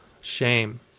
shame